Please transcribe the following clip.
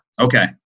Okay